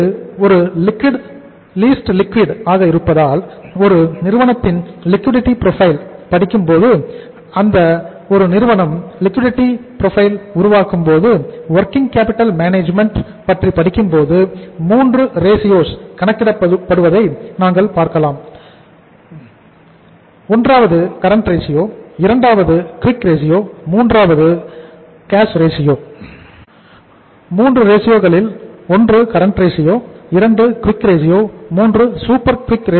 இது ஒரு least liquid